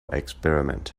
experiment